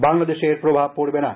বাংলাদেশে এর প্রভাব পরবেনা